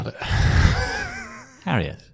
Harriet